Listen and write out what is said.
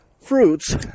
fruits